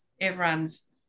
everyone's